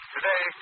Today